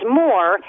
more